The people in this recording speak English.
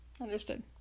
Understood